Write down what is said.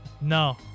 No